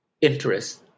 interest